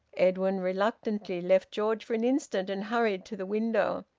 edwin reluctantly left george for an instant and hurried to the window,